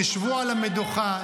תשבו על המדוכה.